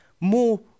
more